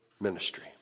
ministry